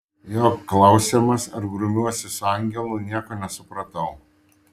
jo klausiamas ar grumiuosi su angelu nieko nesupratau